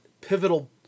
pivotal